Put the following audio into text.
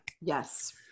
Yes